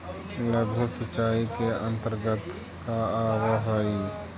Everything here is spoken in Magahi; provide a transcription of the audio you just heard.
लघु सिंचाई के अंतर्गत का आव हइ?